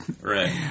Right